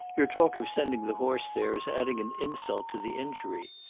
your talk of sending the horse there is adding an insult to the injury.